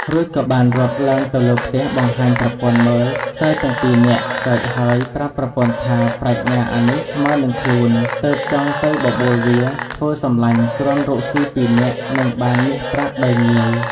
រួចក៏បានរត់ឡើងទៅលើផ្ទះបង្ហាញប្រពន្ធមើលសើចទាំងពីនាក់សើចហើយប្រាប់ប្រពន្ធថាប្រាជ្ញអានេះស្មើនឹងខ្លួនទើបចង់ទៅបបួលវាធ្វើសំឡាញ់គ្រាន់រកស៊ីពីរនាក់នឹងបានមាសប្រាក់ដោយងាយ។